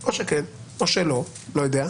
או שכן, או שלא, לא יודע.